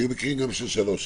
היו גם מקרים של שלוש שנים.